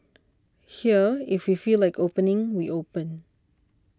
here if we feel like opening we open